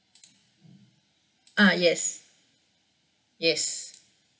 ah yes yes